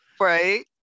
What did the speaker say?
Right